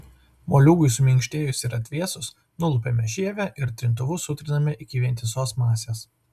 moliūgui suminkštėjus ir atvėsus nulupame žievę ir trintuvu sutriname iki vientisos masės